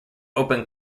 open